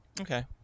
Okay